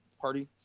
party